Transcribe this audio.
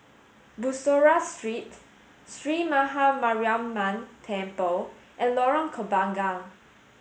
Bussorah Street Sree Maha Mariamman Temple and Lorong Kembagan